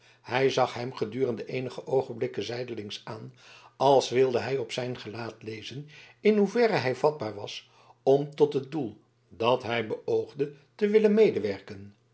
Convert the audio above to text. hij zag hem gedurende eenige oogenblikken zijdelings aan als wilde hij op zijn gelaat lezen in hoeverre hij vatbaar was om tot het doel dat hij beoogde te willen medewerken